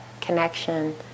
connection